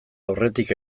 aurretik